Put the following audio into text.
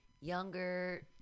younger